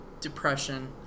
depression